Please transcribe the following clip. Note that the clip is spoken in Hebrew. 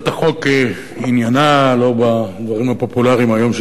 הצעת החוק עניינה לא בגורמים הפופולריים היום,